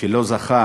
שלא זכה